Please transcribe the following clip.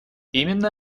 именно